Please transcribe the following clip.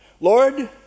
Lord